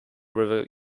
river